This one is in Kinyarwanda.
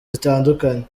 zitandukanye